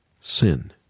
sin